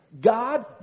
God